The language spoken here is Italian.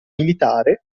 militare